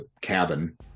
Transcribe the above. cabin